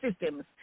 systems